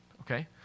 Okay